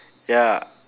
ya